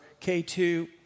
K2